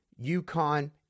UConn